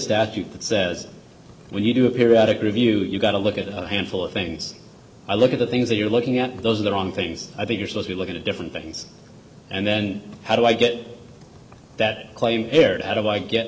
statute that says when you do a periodic review that you've got to look at a handful of things i look at the things that you're looking at those are the wrong things i think you're supposed to look at a different things and then how do i get that claim aired how do i